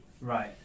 Right